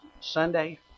Sunday